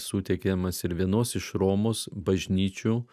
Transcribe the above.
suteikiamas ir vienos iš romos bažnyčių